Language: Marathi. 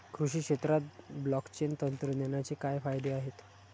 कृषी क्षेत्रात ब्लॉकचेन तंत्रज्ञानाचे काय फायदे आहेत?